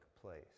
place